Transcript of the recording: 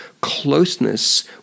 closeness